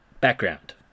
background